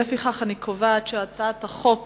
לפיכך אני קובעת שהצעת חוק